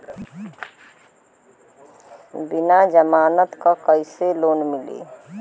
बिना जमानत क कइसे लोन मिली?